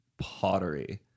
pottery